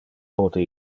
pote